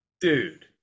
dude